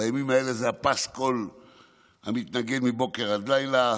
בימים האלה זה הפסקול שמתנגן מבוקר עד לילה,